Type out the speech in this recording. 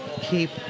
keep